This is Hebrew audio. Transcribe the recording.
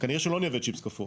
כנראה שלא נייבא צ'יפס קפוא.